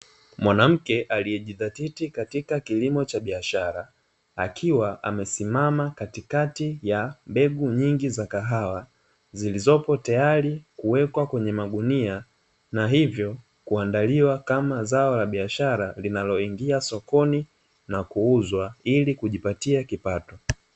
Mwanamke aliyejizatiti katika kilimo cha biashara akiwa amesimama katikati ya mbegu nyingi za kahawa, zilizopo tayari kuwekwa kwenye magunia na hivyo kuandaliwa kama zao la biashara linaloingia sokoni na kuuzwa ili kujipatia kipato.